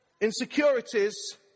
insecurities